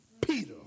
Peter